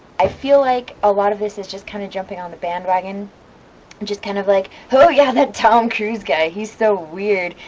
i feel like a lot of this is just kind of jumping on the bandwagon and just kind of like, oh yeah, that tom cruise guy he's so weird.